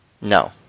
No